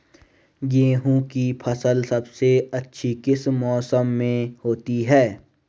गेहूँ की फसल सबसे अच्छी किस मौसम में होती है